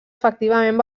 efectivament